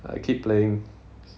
I keep playing